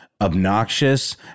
obnoxious